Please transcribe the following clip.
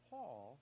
Paul